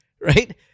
right